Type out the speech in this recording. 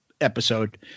episode